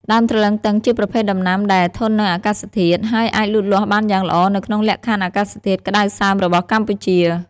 ដើមទ្រលឹងទឹងជាប្រភេទដំណាំដែល ធន់នឹងអាកាសធាតុ ហើយអាចលូតលាស់បានយ៉ាងល្អនៅក្នុងលក្ខខណ្ឌអាកាសធាតុក្តៅសើមរបស់កម្ពុជា។